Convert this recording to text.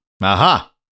Aha